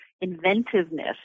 inventiveness